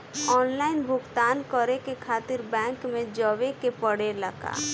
Online भुगतान करे के खातिर बैंक मे जवे के पड़ेला का?